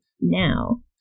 now